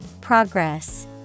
Progress